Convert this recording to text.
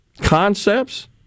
concepts